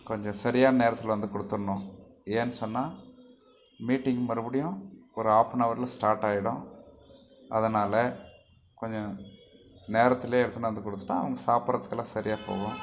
கொஞ்சம் சரியான நேரத்தில் வந்து கொடுத்துருணும் ஏன் சொன்னால் மீட்டிங் மறுபடியும் ஒரு ஹாஃப் அன் அவரில் ஸ்டார்ட்டாயிடும் அதனால் கொஞ்சம் நேரத்திலேயே எடுத்துனு வந்து கொடுத்துட்டா அவுங்க சாப்படறத்துக்குலாம் சரியா போகும்